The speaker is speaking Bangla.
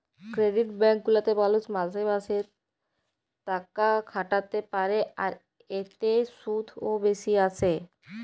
ক্রেডিট ব্যাঙ্ক গুলাতে মালুষ মাসে মাসে তাকাখাটাতে পারে, আর এতে শুধ ও বেশি আসে